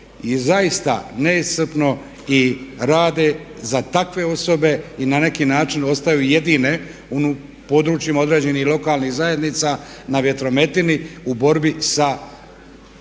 zaista neiscrpno i rade za takve osobe i na neki način ostaju jedine u područjima određenih lokalnih zajednica na vjetrometini u borbi sa birokratskim